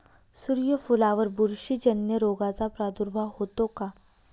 सूर्यफुलावर बुरशीजन्य रोगाचा प्रादुर्भाव होतो का?